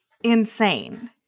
insane